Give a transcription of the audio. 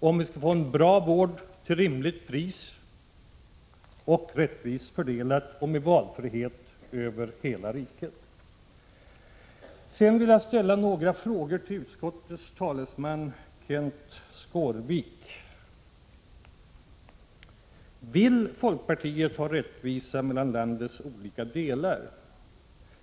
om vi skall få en bra vård till rimligt pris, rättvist fördelad och med valfrihet över hela riket. Jag vill ställa några frågor till utskottets talesman Kenth Skårvik. Vill folkpartiet ha rättvisa mellan landets olika delar?